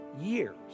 years